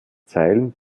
zeilen